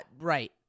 right